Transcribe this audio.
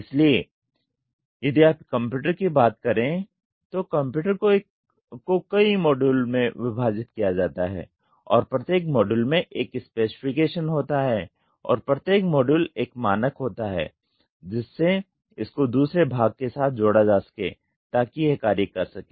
इसलिए यदि आप एक कंप्यूटर की बात करे तो कंप्यूटर को कई मॉड्यूल में विभाजित किया जाता है और प्रत्येक मॉड्यूल में एक स्पेसिफिकेशन होता है और प्रत्येक मॉड्यूल एक मानक होता है जिससे इसको दूसरे भाग के साथ जोड़ा जा सके ताकि यह कार्य कर सके